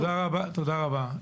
תודה רבה.